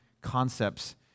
concepts